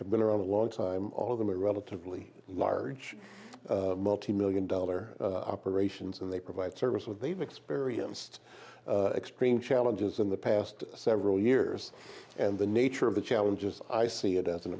have been around a long time all of them a relatively large multi million dollar operations and they provide service what they've experienced extreme challenges in the past several years and the nature of the challenges i see it as an